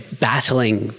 battling